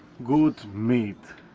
good meat